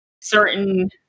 certain